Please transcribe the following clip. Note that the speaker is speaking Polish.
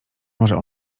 może